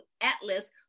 Atlas